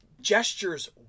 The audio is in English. gestures